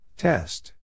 Test